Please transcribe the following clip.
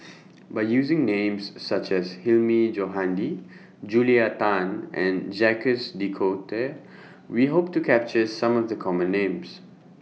By using Names such as Hilmi Johandi Julia Tan and Jacques De Coutre We Hope to capture Some of The Common Names